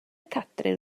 catrin